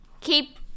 keep